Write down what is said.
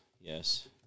yes